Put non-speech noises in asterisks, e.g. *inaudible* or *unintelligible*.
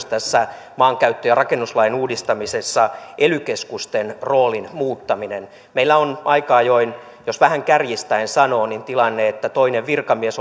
*unintelligible* tässä maankäyttö ja rakennuslain uudistamisessa on myös ely keskusten roolin muuttaminen meillä on aika ajoin jos vähän kärjistäen sanoo tilanne että toinen virkamies *unintelligible*